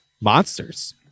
monsters